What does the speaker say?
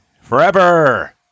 Forever